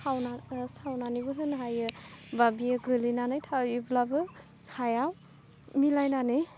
खावना सावनानैबो होनो हायो बा बियो गोलैनानै थायोब्लाबो हायाव मिलायनानै